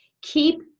Keep